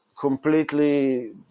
completely